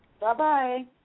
Bye-bye